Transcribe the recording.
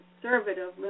conservative